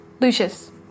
Lucius